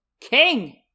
King